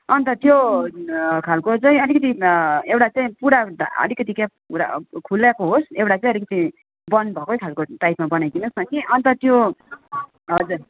अन्त त्यो खाले चाहिँ अलिकति एउटा चाहिँ पुरा हुन्छ अलिकति चाहिँ खुलेको होस् एउटा चाहिँ अलिकति बन्द भएकै खाले बनाइदिनु होस् न कि अन्त त्यो हजुर